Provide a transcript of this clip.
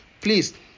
Please